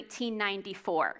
1994